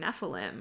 Nephilim